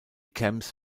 camps